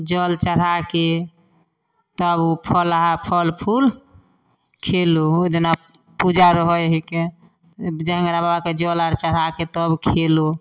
जल चढ़ाके तब ओ फलहा फलफूल खेलहुॅं ओहिदिना पूजा आर रहै हैके जेहेंगरा बाबाके जल आर चढ़ाके तब खेलहुॅं